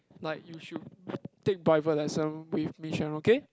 like you should take private lesson with Miss Sharon okay